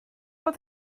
bod